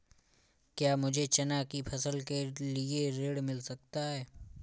क्या मुझे चना की फसल के लिए ऋण मिल सकता है?